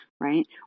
right